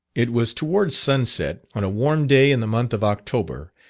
it was towards sunset, on a warm day in the month of october,